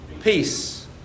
peace